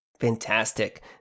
fantastic